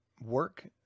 work